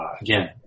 again